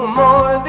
more